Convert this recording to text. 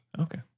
Okay